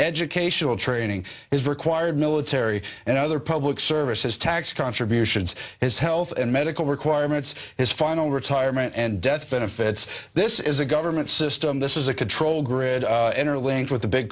educational training is required military and other public services tax contributions his health and medical requirements his final retirement and death benefits this is a government system this is a control grid interlinked with the big